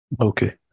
Okay